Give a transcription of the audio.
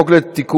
תוסיף